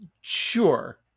Sure